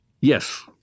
Yes